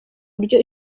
buryo